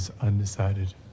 undecided